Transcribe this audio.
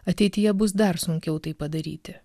ateityje bus dar sunkiau tai padaryti